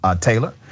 Taylor